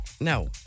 No